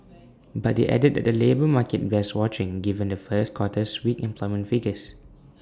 but they added that the labour market bears watching given the first quarter's weak employment figures